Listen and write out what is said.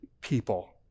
people